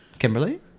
Kimberly